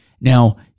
Now